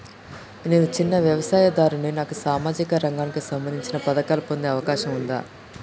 నేను చిన్న వ్యవసాయదారుడిని నాకు సామాజిక రంగానికి సంబంధించిన పథకాలు పొందే అవకాశం ఉందా?